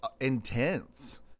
intense